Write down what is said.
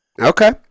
Okay